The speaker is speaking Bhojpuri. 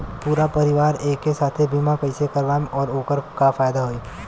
पूरा परिवार के एके साथे बीमा कईसे करवाएम और ओकर का फायदा होई?